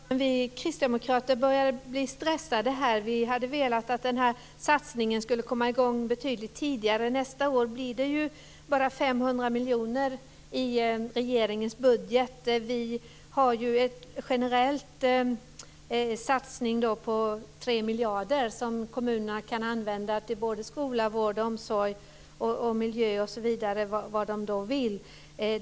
Fru talman! Vi kristdemokrater börjar bli stressade här. Vi hade velat att den här satsningen skulle komma i gång betydligt tidigare. Nästa år blir det bara 500 miljoner i regeringens budget. Vi har ju en generell satsning på tre miljarder som kommunerna kan använda till skola, vård, omsorg, miljö och vad de vill.